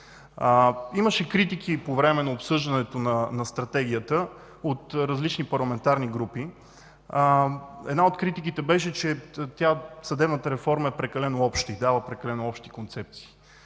Имаше критики по време на обсъждането на стратегията от различни парламентарни групи. Една от критиките беше, че съдебната реформа е прекалено обща и дава прекалено общи концепции.